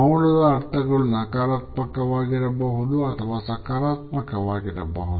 ಮೌನದ ಅರ್ಥಗಳು ನಕಾರಾತ್ಮಕವಾಗಿರಬಹುದು ಅಥವಾ ಸಕಾರಾತ್ಮಕವಾಗಿರಬಹುದು